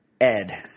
Ed